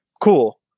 cool